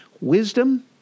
Wisdom